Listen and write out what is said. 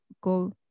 go